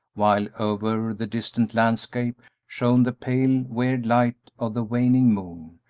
while over the distant landscape shone the pale weird light of the waning moon,